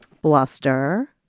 Bluster